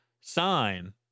sign